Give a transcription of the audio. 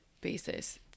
basis